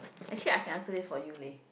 actually I can answer this for you leh